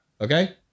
Okay